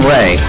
Ray